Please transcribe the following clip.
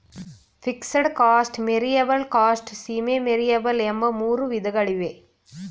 fixed cost, variable cost, semi variable ಎಂಬ ಮೂರು ವಿಧಗಳಿವೆ